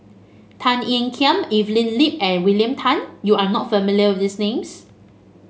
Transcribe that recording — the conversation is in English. Tan Ean Kiam Evelyn Lip and William Tan you are not familiar with these names